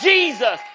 Jesus